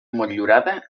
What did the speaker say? motllurada